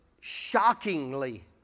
shockingly